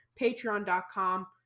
Patreon.com